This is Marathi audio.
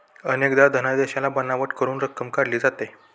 अनेकदा धनादेशाला बनावट करून रक्कम काढली जाते